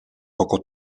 poco